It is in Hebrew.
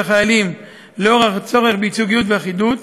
החיילים נוכח הצורך בייצוגיות ואחידות,